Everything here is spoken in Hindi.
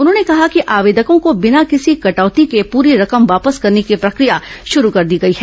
उन्होंने कहा कि आवेदकों को बिना किसी कटौती के पूरी रकम वापस करने की प्रक्रिया शुरू कर दी गई है